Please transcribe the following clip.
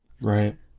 Right